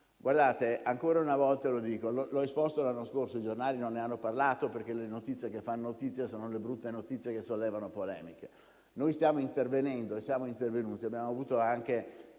Lo dico ancora una volta dopo averlo esposto l'anno scorso, anche se i giornali non ne hanno parlato perché le notizie che fanno notizia sono quelle brutte che sollevano polemiche. Noi stiamo intervenendo e siamo intervenuti, abbiamo avuto anche